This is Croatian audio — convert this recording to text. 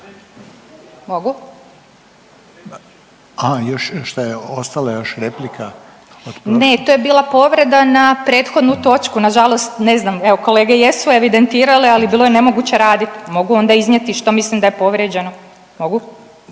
Mogu?/… Aha, šta je ostala još replika? …/Upadica Vukovac: Ne to je bila povreda na prethodnu točku. Na žalost, ne znam evo kolege jesu evidentirale, ali bilo je nemoguće raditi. Mogu onda iznijeti što mislim da je povrijeđeno? Mogu?/…